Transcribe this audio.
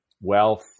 wealth